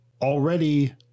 Already